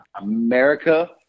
America